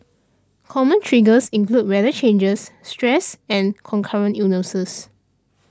common triggers include weather changes stress and concurrent illnesses